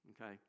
okay